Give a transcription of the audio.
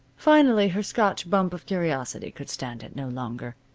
finally her scotch bump of curiosity could stand it no longer.